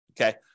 okay